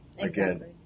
Again